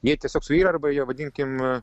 jie tiesiog suyra arba jie vadinkim